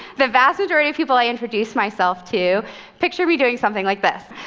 the vast majority of people i introduce myself to picture me doing something like this.